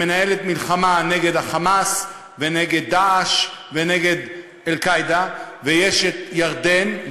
שמנהלת מלחמה נגד ה"חמאס" ונגד "דאעש" ונגד "אל-קאעידה"; ויש את ירדן,